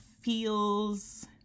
feels